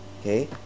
okay